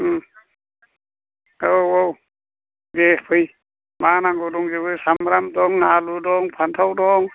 उम औ औ दे फै मा नांगौ दंजोबो सामब्राम दं आलु दं फान्थाव दं